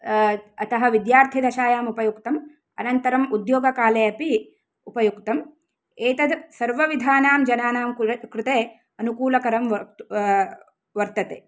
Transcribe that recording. अतः विद्यार्थीदशायां उपयुक्तं अनन्तरं उद्योगकाले अपि उपयुक्तं एतद् सर्वविधानां जनानां क्र् कृते अनुकूलकरं वर्तते